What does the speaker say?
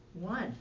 one